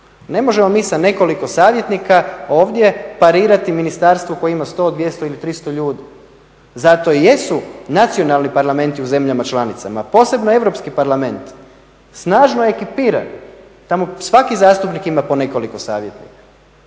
Ne možemo mi sa nekoliko savjetnika ovdje parirati ministarstvu koji ima 100, 200 ili 300 ljudi. Zato i jesu nacionalni parlamenti u zemljama članicama, posebno Europski parlament snažno ekipiran, tamo svaki zastupnik ima po nekoliko savjetnika.